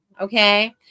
Okay